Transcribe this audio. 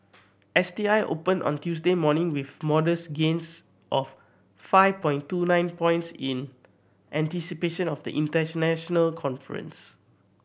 S T I opened on Tuesday morning with modest gains of five point two nine points in anticipation of the international conference